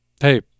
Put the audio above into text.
Hey